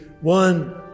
one